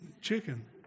chicken